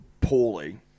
poorly